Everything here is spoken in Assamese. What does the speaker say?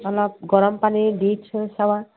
অলপ গৰম পানী দি থৈ চোৱা